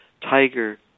Tiger